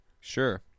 Sure